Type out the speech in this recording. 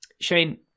Shane